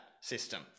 system